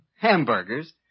hamburgers